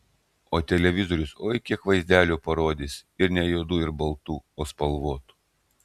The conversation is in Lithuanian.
o televizorius oi kiek vaizdelių parodys ir ne juodų ir baltų o spalvotų